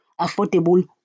affordable